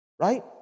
right